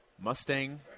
Mustang